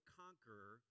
conqueror